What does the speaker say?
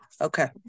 Okay